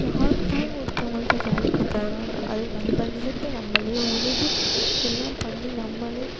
ஒருத்தவங்கள்ட்ட வேலைக்கு போகிறாங்க அது நம்ம நிலத்தை நம்மளே உழுது எல்லாம் பண்ணி நம்மளே